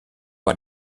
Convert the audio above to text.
bei